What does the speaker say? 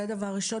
זה דבר ראשון.